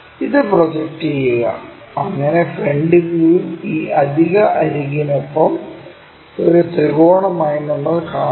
ഇത് പ്രൊജക്റ്റ് ചെയ്യുക അങ്ങനെ ഫ്രണ്ട് വ്യൂവിൽ ഈ അധിക അരികിനൊപ്പം ഒരു ത്രികോണമായി നമ്മൾ കാണും